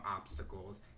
obstacles